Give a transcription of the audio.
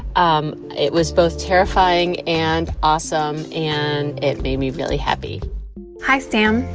um it was both terrifying and awesome, and it made me really happy hi, sam.